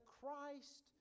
Christ